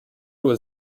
was